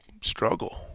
struggle